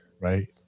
right